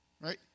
right